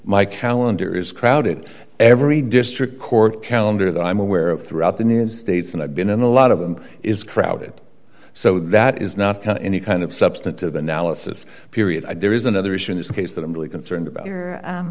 my calendar is crowded every district court calendar that i'm aware of throughout the noon states and i've been in a lot of them is crowded so that is not any kind of substantive analysis period and there is another issue in this case that i'm really concerned about your